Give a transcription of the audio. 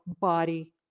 body